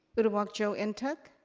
uduak-joe and ntuk.